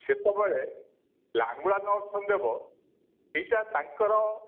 ସେତେବେଳେ ଲାଙ୍ଗୁଳାନରସିଂହ ଦେବ ଏଇଟା ତାଙ୍କର